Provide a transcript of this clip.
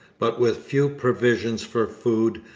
but with few provisions for food,